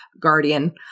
guardian